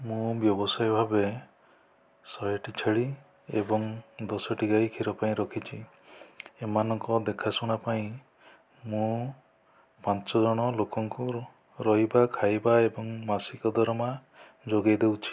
ମୁଁ ବ୍ୟବସାୟୀ ଭାବେ ଶହେଟି ଛେଳି ଏବଂ ଦଶଟି ଗାଈ କ୍ଷୀର ପାଇଁ ରଖିଛି ଏମାନଙ୍କ ଦେଖା ଶୁଣା ପାଇଁ ମୁଁ ପାଞ୍ଚ ଜଣ ଲୋକଙ୍କୁ ରହିବା ଖାଇବା ଏବଂ ମାସିକ ଦରମା ଯୋଗାଇ ଦେଉଛି